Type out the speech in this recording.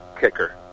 kicker